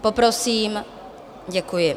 Poprosím, děkuji.